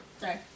Sorry